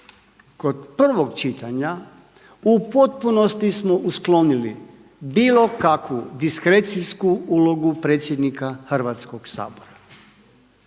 kod prvog čitanja, u potpunosti smo usklonili bilo kakvu diskrecijsku ulogu predsjednika Hrvatskoga sabora.